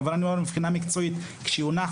אבל אני אומר שמבחינה מקצועית כאשר יונח